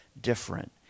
different